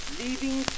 leaving